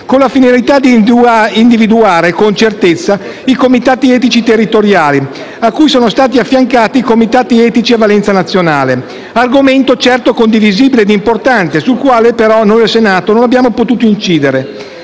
con la finalità di individuare con certezza i comitati etici territoriali, cui sono stati affiancati comitati etici a valenza nazionale; argomento certo condivisibile ed importante sul quale però noi al Senato non abbiamo potuto incidere.